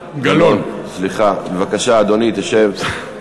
בבקשה, אדוני, שב.